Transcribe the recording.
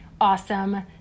awesome